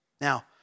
Now